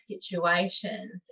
situations